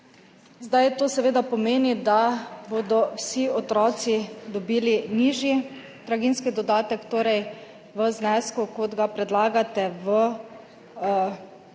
Zdaj to seveda pomeni, da bodo vsi otroci dobili nižji draginjski dodatek, torej v znesku, kot ga predlagate v vladnem